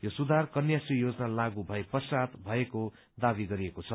यो सुधार कन्या श्री योजना लागू भए पश्चात भएको दावी गरिएको छ